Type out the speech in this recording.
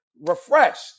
refreshed